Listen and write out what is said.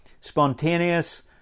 spontaneous